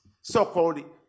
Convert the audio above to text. so-called